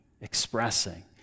expressing